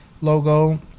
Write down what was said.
logo